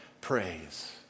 praise